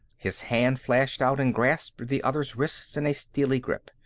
his hand flashed out and grasped the other's wrist in a steely grip.